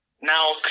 Now